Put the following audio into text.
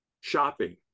shopping